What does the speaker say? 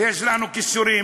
יש לנו כישורים.